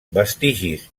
vestigis